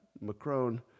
Macron